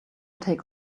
take